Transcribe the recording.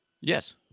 Yes